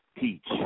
Teach